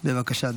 בבקשה,